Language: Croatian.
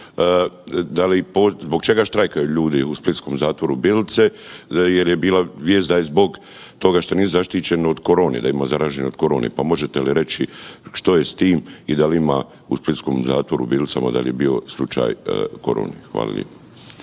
zbog čega štrajkaju ljudi u splitskom zatvoru Bilice, jer je bila vijest da je zbog toga što nisu zaštićeni od korone, da ima zaraženih od korone. Pa možete li reći što je s tim i da li ima u splitskom zatvoru u Bilicama, da li je bio slučaj korone? Hvala